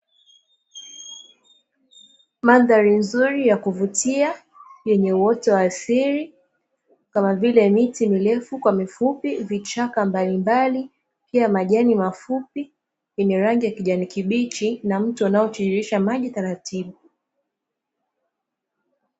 Mandhari nzuri ya kuvutia yenye uoto wa asili kama vile miti mirefu kwa mifupi, vichaka mbalimbali pia majani mafupi yenye rangi ya kijani kibichi na mto unaotiririsha maji taratibu.